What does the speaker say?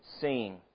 seeing